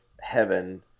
heaven